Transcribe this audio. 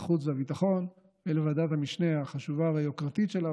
החוץ והביטחון ולוועדת המשנה החשובה והיוקרתית שלה,